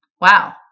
wow